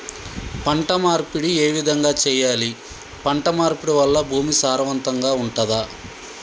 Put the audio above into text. పంట మార్పిడి ఏ విధంగా చెయ్యాలి? పంట మార్పిడి వల్ల భూమి సారవంతంగా ఉంటదా?